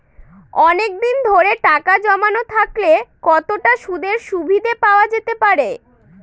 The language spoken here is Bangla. অনেকদিন ধরে টাকা জমানো থাকলে কতটা সুদের সুবিধে পাওয়া যেতে পারে?